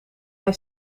hij